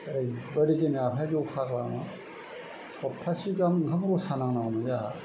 ओरैबायदि जोंना आफाया जौ फाग्लामोन सप्तासे गाहाम ओंखाम रसा नांनाङोमोन जोंहा